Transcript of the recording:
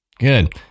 Good